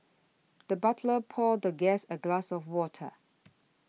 the butler poured the guest a glass of water